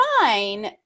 fine